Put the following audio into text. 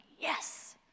Yes